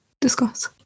discuss